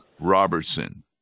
Robertson